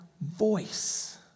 voice